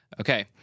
Okay